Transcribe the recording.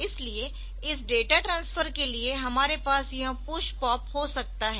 इसलिए इस data transfer के लिए हमारे पास यह पुश पॉप हो सकता है